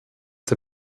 der